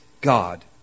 God